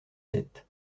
sept